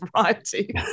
variety